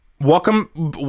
Welcome